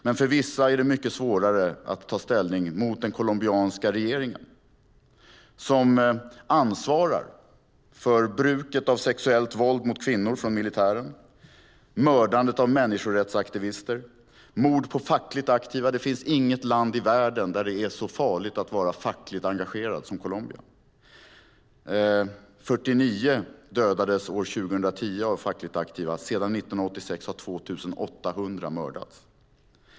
Men för vissa är det mycket svårare att ta ställning mot den colombianska regeringen som ansvarar för bruket av sexuellt våld mot kvinnor från militären, mördandet av människorättsaktivister och mord på fackligt aktiva. Det finns inget land i världen där det är så farligt att vara fackligt engagerad som i Colombia. 49 fackligt aktiva dödades 2010. Sedan 1986 har 2 800 mördats.